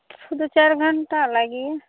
दुइ चारि घण्टा लागिए